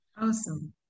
Awesome